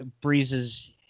Breeze's